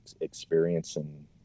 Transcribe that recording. experiencing